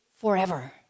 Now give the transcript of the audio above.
forever